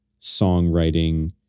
songwriting